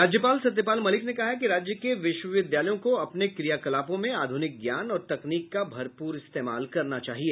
राज्यपाल सत्यपाल मलिक ने कहा है कि राज्य के विश्वविद्यालयों को अपने क्रियाकलापों में आधुनिक ज्ञान और तकनीक का भरपूर इस्तेमाल करना चाहिए